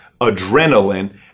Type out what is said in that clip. adrenaline